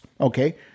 okay